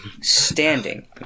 standing